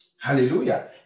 Hallelujah